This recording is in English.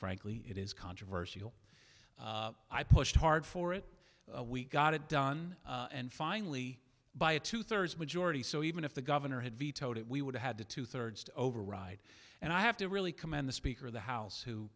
frankly it is controversial i pushed hard for it we got it done and finally by a two thirds majority so even if the governor had vetoed it we would have had the two thirds to override and i have to really commend the speaker of the house who